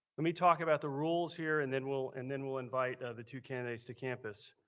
let me talk about the rules here and then we'll and then we'll invite the two candidates to campus.